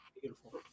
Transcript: beautiful